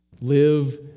live